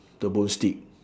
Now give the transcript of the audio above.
the bone steak